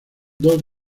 dos